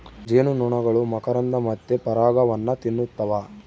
ಜೇನುನೊಣಗಳು ಮಕರಂದ ಮತ್ತೆ ಪರಾಗವನ್ನ ತಿನ್ನುತ್ತವ